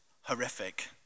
horrific